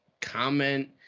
comment